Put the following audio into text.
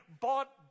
bought